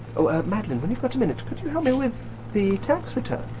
oh, ah madeleine, when you've got a minute could you help me with the tax return?